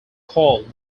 called